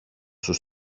σου